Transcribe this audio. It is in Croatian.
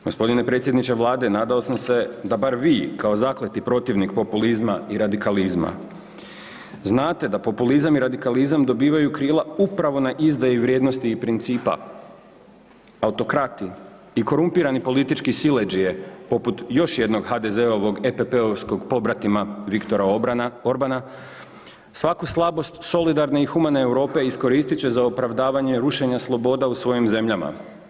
Gospodine predsjedniče Vlade nadao sam se da bar vi kao zakleti protivnik populizma i radikalizma znate da populizam i radikalizam dobivaju krila upravo na izdaji vrijednosti i principa, autokrati i korumpirani politički siledžije poput još jednog HDZ-ovog EPP-ovskog pobratima Viktora Orbana svaku slabost solidarne i humanitarne Europe iskoristit će za opravdavanje rušenja sloboda u svojim zemljama.